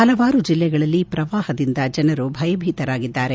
ಹಲವಾರು ಜಿಲ್ಲೆಗಳಲ್ಲಿ ಪ್ರವಾಹದಿಂದ ಜನರು ಭಯಭೀತರಾಗಿದ್ದಾರೆ